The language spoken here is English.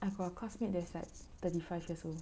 I got a course mate that's like thirty five years old